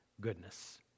goodness